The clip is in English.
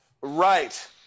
Right